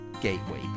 gateway